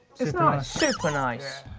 it's nice. super nice.